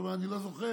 הוא אמר: אני לא זוכר.